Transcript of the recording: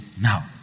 now